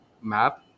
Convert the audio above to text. map